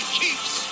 keeps